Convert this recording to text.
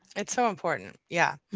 it's so important. yeah,